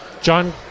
John